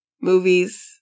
movies